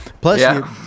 Plus